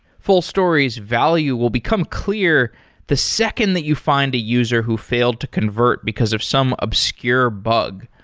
fullstory's value will become clear the second that you find a user who failed to convert because of some obscure bug.